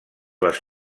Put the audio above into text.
les